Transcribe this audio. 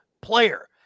player